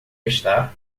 está